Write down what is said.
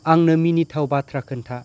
आंनो मिनिथाव बाथ्रा खोन्था